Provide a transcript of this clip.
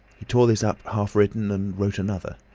he tore this up half written, and wrote another.